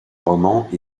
romans